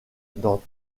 dans